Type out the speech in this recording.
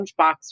lunchbox